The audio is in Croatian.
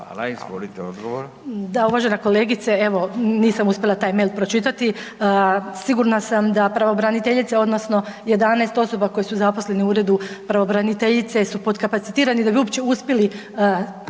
Hvala. Izvolite odgovor.